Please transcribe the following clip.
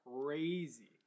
crazy